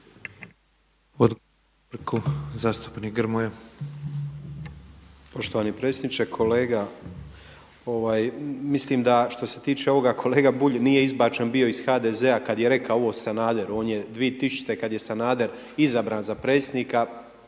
Odgovor na repliku zastupnik Grmoja.